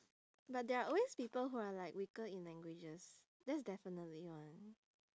but there are always people who are like weaker in languages that's definitely one